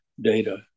data